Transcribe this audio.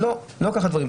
לא כך הדברים.